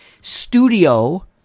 studio